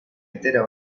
entera